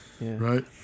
right